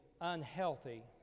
unhealthy